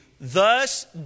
Thus